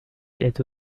est